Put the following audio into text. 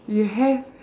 you have